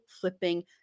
flipping